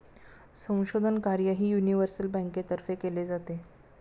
संशोधन कार्यही युनिव्हर्सल बँकेतर्फे केले जाते